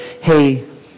hey